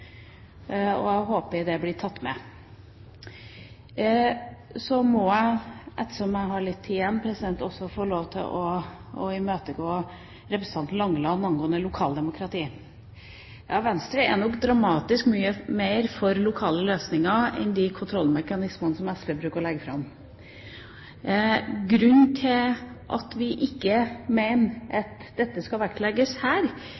Jeg håper det blir tatt med. Så må jeg – ettersom jeg har litt tid igjen – også få lov til å imøtegå representanten Langeland angående lokaldemokratiet. Venstre er nok dramatisk mye mer for lokale løsninger enn de kontrollmekanismene som SV bruker å legge fram. Grunnen til at vi ikke mener at dette skal vektlegges her,